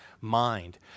mind